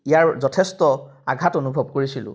ইয়াৰ যথেষ্ট আঘাত অনুভৱ কৰিছিলোঁ